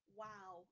wow